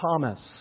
Thomas